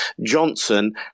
Johnson